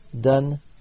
done